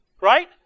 Right